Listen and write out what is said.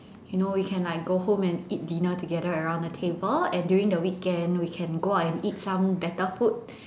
you know you can like go home and eat dinner together around the table and during the weekend we can go out and eat some better food